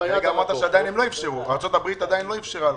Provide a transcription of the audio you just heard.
כרגע אמרת שארצות הברית עדיין לא אפשרה לכם.